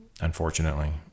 Unfortunately